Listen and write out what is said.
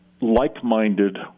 like-minded